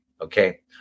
Okay